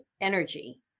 energy